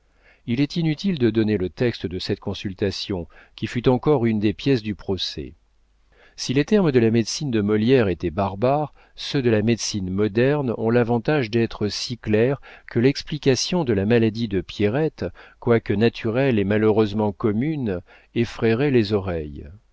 il est inutile de donner le texte de cette consultation qui fut encore une des pièces du procès si les termes de la médecine de molière étaient barbares ceux de la médecine moderne ont l'avantage d'être si clairs que l'explication de la maladie de pierrette quoique naturelle et malheureusement commune effraierait les oreilles